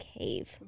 cave